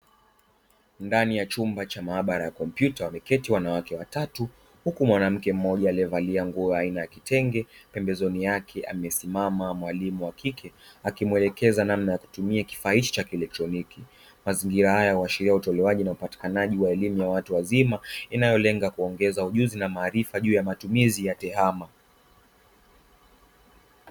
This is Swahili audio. Ndani ya chumba cha maabara ya kompyuta wameketi wanawake watatu, huku mwanamke mmoja aliyevalia nguo aina ya kitenge pembezoni yake amesimama mwalimu wa kike akimwelekeza namna ya kutumia kifaahichi cha kielectroniki mazingira haya huashiria utolewaji na upatikanaji wa elimu ya watu wazima inayolenga kuongeza ujuzi na maarifa juu ya matumizi ya tehama.